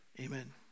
Amen